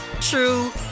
true